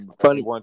funny